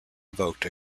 invoked